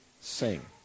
sing